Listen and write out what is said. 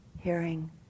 hearing